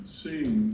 seeing